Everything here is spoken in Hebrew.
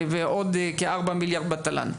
ועוד 4 מיליארד בתל"ן.